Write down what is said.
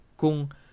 Kung